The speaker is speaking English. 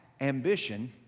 ambition